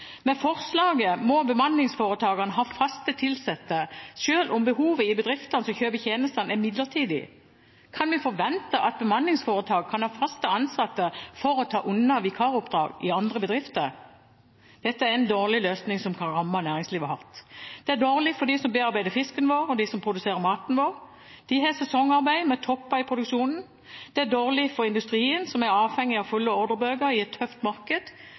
forslaget må bemanningsforetakene ha fast tilsatte, selv om behovet i bedriftene som kjøper tjenestene, er midlertidig. Kan vi forvente at bemanningsforetak kan ha fast ansatte for å ta unna vikaroppdrag i andre bedrifter? Dette er en dårlig løsning som kan ramme næringslivet hardt. Det er dårlig for dem som bearbeider fisken vår, og dem som produserer maten vår. De har sesongarbeid med topper i produksjonen. Det er dårlig for industrien som er avhengig av fulle ordrebøker i et tøft marked.